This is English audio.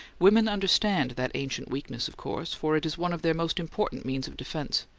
women understand that ancient weakness, of course for it is one of their most important means of defense,